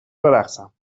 برقصم